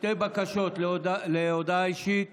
שתי בקשות להודעה אישית